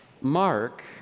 Mark